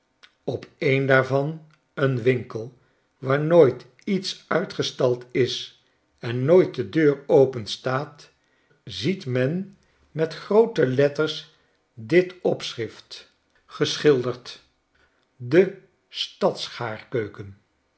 op een daarvan een winkel waar nooit ietsuitgestald is en nooit de deur openstaat ziet men met groote letters dit opschrift geschilderd de